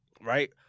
right